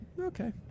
Okay